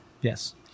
Yes